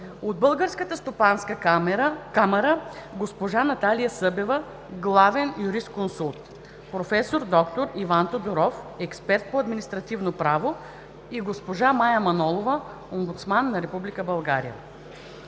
от Българската стопанска камара: госпожа Наталия Събева – главен юрисконсулт, проф. д-р Иван Тодоров – експерт по административно право; и госпожа Мая Манолова – омбудсман на